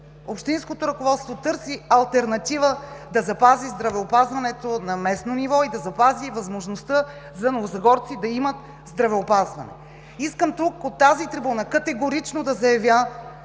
общинското ръководство търси алтернатива да запази здравеопазването на местно ниво и да запази възможността новозагорци да имат здравеопазване. Искам тук, от тази трибуна, категорично да заявя,